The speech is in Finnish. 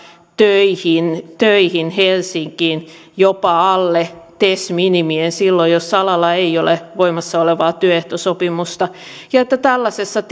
töihin töihin helsinkiin jopa alle tes minimien silloin jos alalla ei ole voimassa olevaa työehtosopimusta ja että tällaisessa